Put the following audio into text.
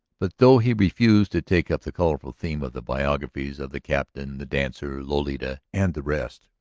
but, though he refused to take up the colorful theme of the biographies of the captain, the dancer, lolita, and the rest,